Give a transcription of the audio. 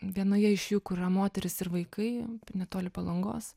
vienoje iš jų kur yra moterys ir vaikai netoli palangos